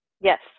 yes